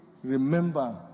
Remember